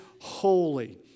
holy